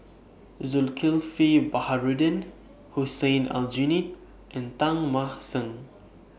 Zulkifli Baharudin Hussein Aljunied and Teng Mah Seng